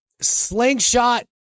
slingshot